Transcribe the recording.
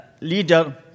leader